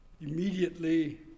immediately